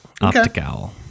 Optical